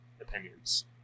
opinions